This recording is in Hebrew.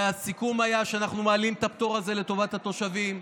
והסיכום היה שאנחנו מעלים את הפטור הזה לטובת התושבים,